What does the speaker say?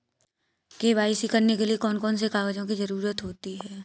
KYC करने के लिए कौन कौन से कागजों की जरूरत होती है?